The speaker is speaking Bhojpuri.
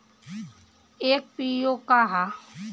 एफ.पी.ओ का ह?